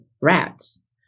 rats